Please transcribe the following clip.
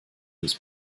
des